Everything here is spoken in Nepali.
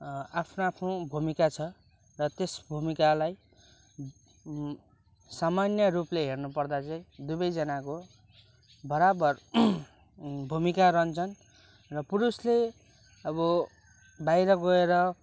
आफ्नो आफ्नो भूमिका छ र त्यस भूमिकालाई सामान्य रूपले हेर्नुपर्दा चाहिँ दुवैजनाको बराबर भूमिका रहन्छन् र पुरुषले अब बाहिर गएर